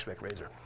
Razor